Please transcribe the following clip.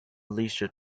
leisure